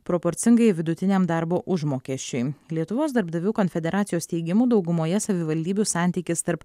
proporcingai vidutiniam darbo užmokesčiui lietuvos darbdavių konfederacijos teigimu daugumoje savivaldybių santykis tarp